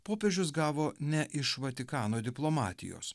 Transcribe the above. popiežius gavo ne iš vatikano diplomatijos